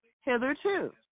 hitherto